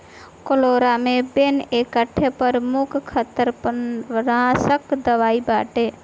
chloramben एकठे प्रमुख खरपतवारनाशक दवाई बाटे